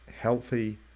healthy